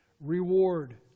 Reward